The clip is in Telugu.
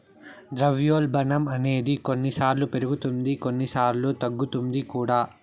ద్రవ్యోల్బణం అనేది కొన్నిసార్లు పెరుగుతుంది కొన్నిసార్లు తగ్గుతుంది కూడా